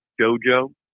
Jojo